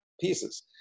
pieces